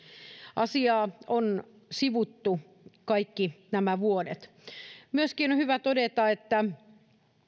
asiaa on sivuttu kaikki nämä vuodet myöskin on hyvä todeta että